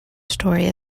story